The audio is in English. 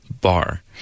bar